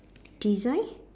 design